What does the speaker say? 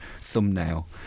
thumbnail